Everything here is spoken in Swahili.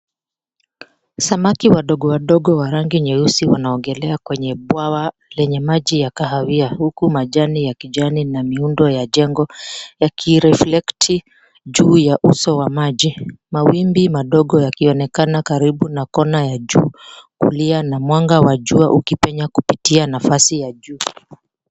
Samaki wadogo wadogo wa rangi nyeusi wanaogelea kwenye bwawa lenye maji ya kahawia huku majani ya kijani na miundo ya jengo yakiriflekti juu ya uso wa maji, mawimbi madogo yakionekana karibu na kona ya juu kulia na mwanga wa jua ukipenya kupitia nafasi ya juu.